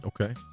Okay